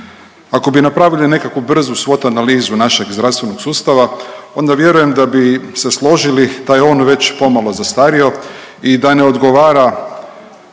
Ako bi napravili nekakvu brzu swot analizu našeg zdravstvenog sustava onda vjerujem da bi se složili da je on već pomalo zastario i da ne odgovara